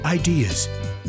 ideas